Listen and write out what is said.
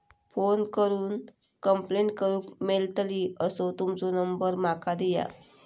Phone करून complaint करूक मेलतली असो तुमचो नंबर माका दिया?